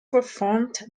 performed